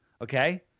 Okay